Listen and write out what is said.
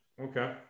okay